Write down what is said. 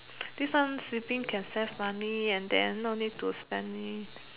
this one sleeping can save money and then no need to spend